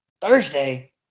Thursday